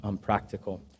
practical